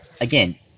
again